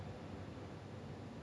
ah ஆமா:aamaa lah so err